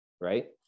Right